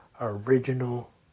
Original